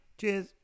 cheers